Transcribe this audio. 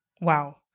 Wow